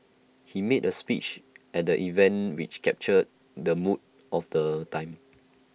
he made A speech at the event which captured the mood of the time